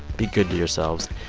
be good to yourselves.